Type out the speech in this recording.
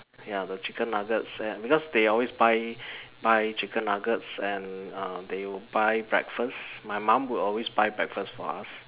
ya the chicken nuggets and because they always buy buy chicken nuggets and uh they would buy breakfast my mom will always buy breakfast for us